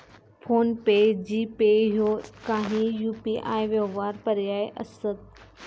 phone पे, GPay ह्यो काही UPI व्यवहार पर्याय असत